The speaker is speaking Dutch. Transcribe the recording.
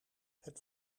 het